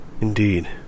Indeed